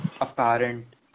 apparent